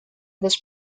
this